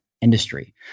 industry